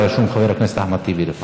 רשום חבר הכנסת אחמד טיבי.